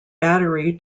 battery